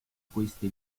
queste